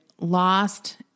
Lost